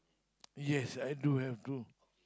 yes I do have two